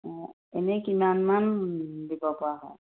অঁ এনেই কিমান মান দিব পৰা হয়